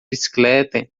bicicleta